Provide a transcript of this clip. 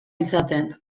izaten